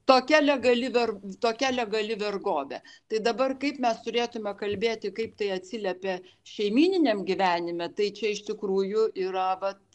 tokia legali ver tokia legali vergovė tai dabar kaip mes turėtume kalbėti kaip tai atsiliepė šeimyniniam gyvenime tai čia iš tikrųjų yra vat